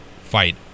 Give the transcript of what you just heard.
fight